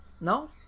No